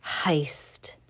Heist